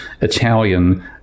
Italian